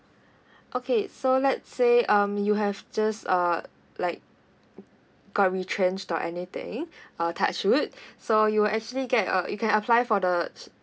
okay so let's say um you have just uh like got retrenched or anything uh touch wood so you'll actually get a you can apply for the